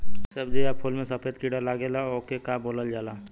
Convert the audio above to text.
सब्ज़ी या फुल में सफेद कीड़ा लगेला ओके का बोलल जाला?